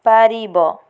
ପାରିବ